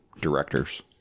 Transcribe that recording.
directors